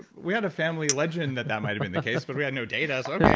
we had a family legend that that might be and case, but we had no data. so okay,